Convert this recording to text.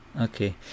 Okay